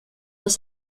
dans